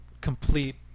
complete